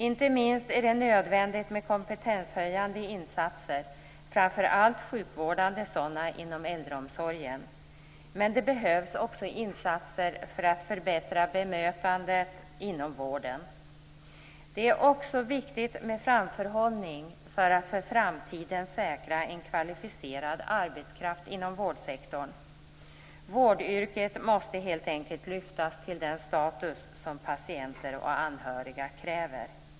Inte minst är det nödvändigt med kompetenshöjande insatser, framför allt sjukvårdande sådana, inom äldreomsorgen. Men det behövs också insatser för att förbättra bemötandet inom vården. Det är också viktigt med framförhållning för att för framtiden säkra en kvalificerad arbetskraft inom vårdsektorn. Vårdyrket måste helt enkelt lyftas till den status som patienter och anhöriga kräver.